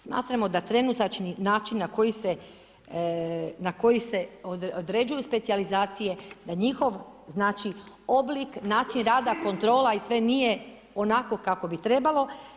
Smatramo da trenutačni način na koji se, na koji se određuju specijalizacije da njihov znači oblik, način rada, kontrola i sve nije onako kako bi trebalo.